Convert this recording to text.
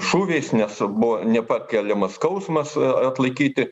šūviais nes buvo nepakeliamas skausmas atlaikyti